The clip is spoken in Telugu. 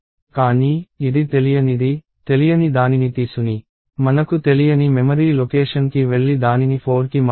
కానీ ఇది తెలియనిది తెలియని దానిని తీసుని మనకు తెలియని మెమరీ లొకేషన్కి వెళ్లి దానిని 4కి మార్చండి